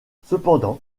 cependant